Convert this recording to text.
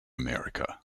america